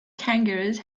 kangaroos